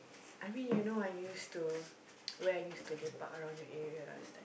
I mean you know I used to where I used to lepak around your area last time